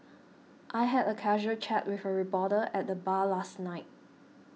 I had a casual chat with a reporter at the bar last night